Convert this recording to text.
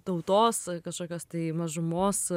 tautos kažkokios tai mažumos